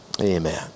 Amen